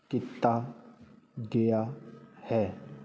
ਕੀਤਾ ਗਿਆ ਹੈ